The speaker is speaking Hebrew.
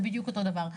זה בדיוק אותו הדבר,